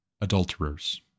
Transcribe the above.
adulterers